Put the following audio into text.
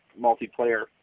multiplayer